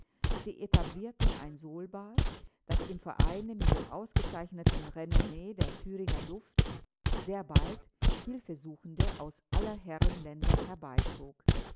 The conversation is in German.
sie etablierten ein soolbad das im vereine mit dem ausgezeichneten renommee der thüringer luft sehr bald hilfesuchende aus aller herren länder herbeizog